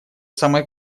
самой